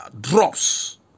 drops